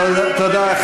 תודה.